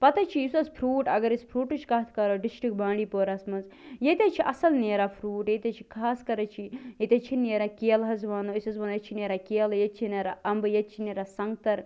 پتہٕ حظ چھُ یُس اسہِ فرٛوٗٹ اگر أسۍ فرٛوٗٹٕچ کَتھ کَرو ڈِسٹِرٛکٹ بانٛڈی پورہ ہس منٛز ییٚتہِ حظ چھِ اصٕل نیران فرٛوٗٹ ییٚتہِ حظ چھِ خاص کر حظ چھِ ییٚتہِ حظ چھِ نیران کیلہٕ حظ أسۍ حظ وَنان اسہِ چھِ نیران کیلہٕ ییٚتہِ چھِ نیران اَمبہٕ ییٚتہِ چھِ نیران سنٛگتر